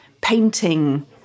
painting